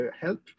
help